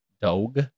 Dog